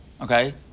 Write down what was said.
Okay